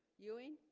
ewing